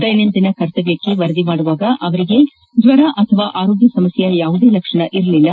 ದೈನಂದಿನ ಕರ್ತವಕ್ಷೆ ವರದಿ ಮಾಡುವಾಗ ಅವರಿಗೆ ಜ್ಞರ ಅಥವಾ ಆರೋಗ್ನ ಸಮಸ್ನೆಯ ಯಾವುದೇ ಲಕ್ಷಣಗಳು ಇರಲಿಲ್ಲ